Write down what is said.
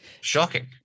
shocking